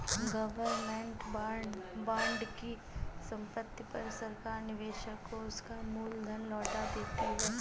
government bond की समाप्ति पर सरकार निवेशक को उसका मूल धन लौटा देती है